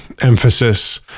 emphasis